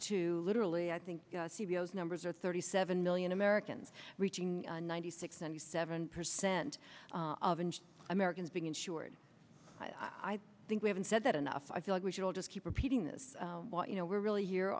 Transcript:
to literally i think c b s numbers are thirty seven million americans reaching ninety six ninety seven percent and americans being insured i think we haven't said that enough i feel like we should all just keep repeating this what you know we're really here